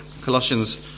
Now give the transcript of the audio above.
Colossians